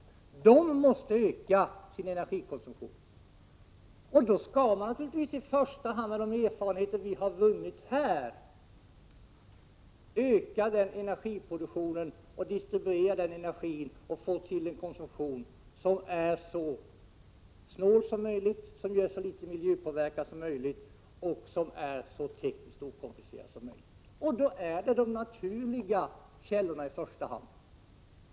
Men de måste öka sin energikonsumtion, och då skall man naturligtvis i första hand enligt de erfarenheter vi har vunnit här öka den energiproduktion, distribuera den energi och få till stånd den energikonsumtion som är så snål som möjligt, som ger så litet miljöpåverkan som möjligt och som är så tekniskt okomplicerad som möjligt. Då är det i första hand de naturliga energikällorna som kan komma i fråga.